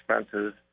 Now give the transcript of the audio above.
expenses